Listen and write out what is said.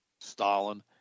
Stalin